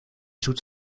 zoet